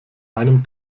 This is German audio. einem